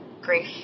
grief